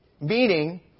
Meaning